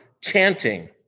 chanting